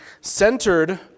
centered